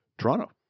Toronto